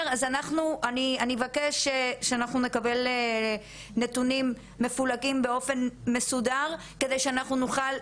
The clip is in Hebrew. אז אני אבקש שאנחנו נקבל נתונים מפולחים באופן מסודר כדי שאנחנו נוכל,